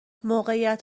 موقعیت